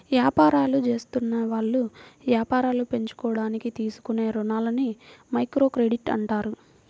యాపారాలు జేసుకునేవాళ్ళు యాపారాలు పెంచుకోడానికి తీసుకునే రుణాలని మైక్రోక్రెడిట్ అంటారు